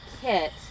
Kit